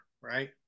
right